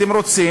אתם רוצים?